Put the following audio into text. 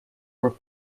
were